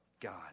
God